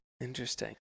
Interesting